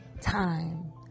time